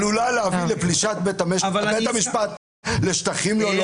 עלולה להביא לפלישת בית המשפט לשטחים לא לו